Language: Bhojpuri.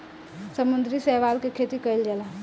समुद्री शैवाल के खेती कईल जाला